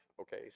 Okay